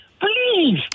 Please